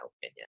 opinion